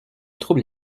trouble